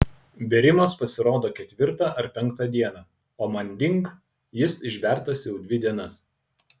bėrimas pasirodo ketvirtą ar penktą dieną o manding jis išbertas jau dvi dienas